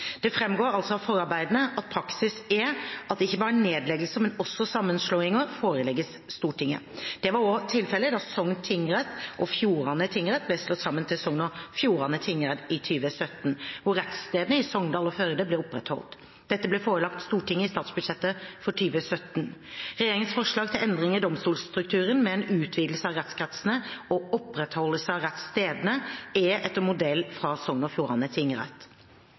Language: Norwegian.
Det framgår altså av forarbeidene at praksis er at ikke bare nedleggelser, men også sammenslåinger forelegges Stortinget. Det var også tilfellet da Sogn tingrett og Fjordane tingrett ble slått sammen til Sogn og Fjordane tingrett i 2017, hvor rettsstedene i Sogndal og Førde ble opprettholdt. Dette ble forelagt Stortinget i statsbudsjettet for 2017. Regjeringens forslag til endringer i domstolstrukturen, med en utvidelse av rettskretsene og opprettholdelse av rettsstedene, er etter modell fra Sogn og Fjordane tingrett.